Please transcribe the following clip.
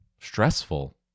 stressful